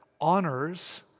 honors